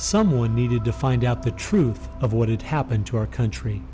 someone needed to find out the truth of what had happened to our country